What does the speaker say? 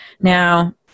Now